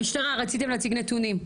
המשטרה, רציתם להציג נתונים.